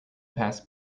pass